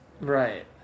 right